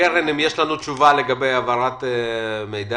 קרן, האם יש לנו תשובה לגבי העברת מידע?